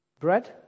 bread